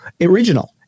original